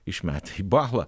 išmetę į balą